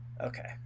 Okay